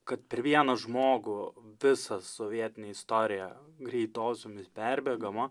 kad per vieną žmogų visą sovietinę istoriją greitosiomis perbėgama